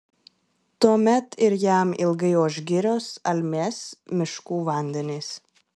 tuomet ir jam ilgai oš girios almės miškų vandenys